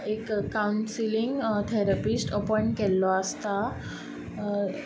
एक counselling therapist appoint केल्लो आसता